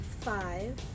Five